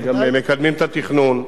וגם מקדמים את התכנון,